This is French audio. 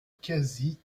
quasi